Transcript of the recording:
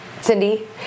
Cindy